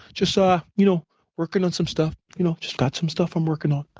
just so you know working on some stuff. you know, just got some stuff i'm working on.